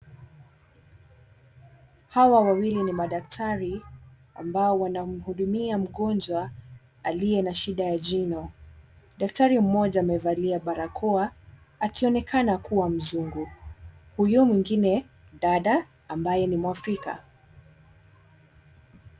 Hawa wawili ni madaktari ambao wanamhudumia mgonjwa aliye na shida ya jino. Daktari mmoja amevalia barakoa, akionekana kuwa mzungu, huyo mwingine dada ambaye ni mwafrika.